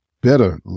better